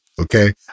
Okay